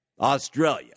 Australia